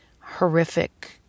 horrific